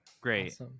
Great